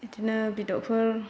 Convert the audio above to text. बिदिनो बेदरफोर